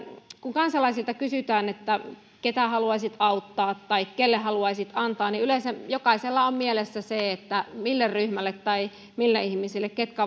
kun kansalaisilta kysytään että ketä haluaisit auttaa tai kelle haluaisit antaa niin yleensä jokaisella on mielessä se mille ryhmälle tai mille ihmisille ketkä